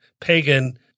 pagan